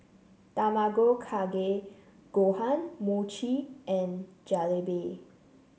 Tamago Kake Gohan Mochi and Jalebi